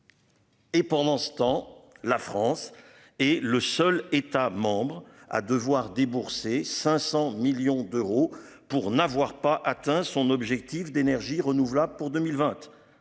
Et pendant ce temps, la France est le seul État membre à devoir débourser 500 millions d'euros pour n'avoir pas atteint son objectif d'énergies renouvelables pour 2020.